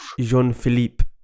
Jean-Philippe